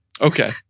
Okay